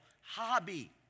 hobby